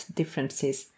differences